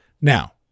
Now